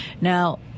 now